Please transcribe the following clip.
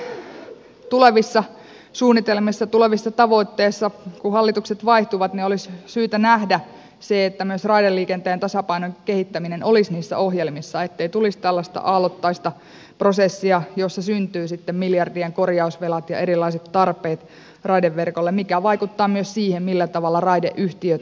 näkisin että tulevissa suunnitelmissa tulevissa tavoitteissa kun hallitukset vaihtuvat olisi syytä nähdä se että myös raideliikenteen tasapainon kehittäminen olisi niissä ohjelmissa ettei tulisi tällaista aallottaista prosessia jossa syntyy sitten miljardien korjausvelat ja erilaiset tarpeet raideverkolle mikä vaikuttaa myös siihen millä tavalla raideyhtiöt kehittävät toimintaansa